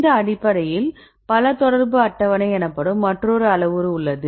இந்த அடிப்படையில் பல தொடர்பு அட்டவணை எனப்படும் மற்றொரு அளவுரு உள்ளது